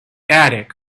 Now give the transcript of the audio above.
attic